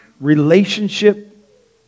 relationship